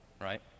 right